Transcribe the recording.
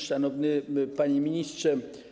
Szanowny Panie Ministrze!